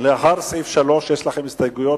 לאחר סעיף 3 יש לכם הסתייגויות.